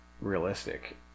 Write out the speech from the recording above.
realistic